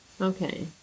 Okay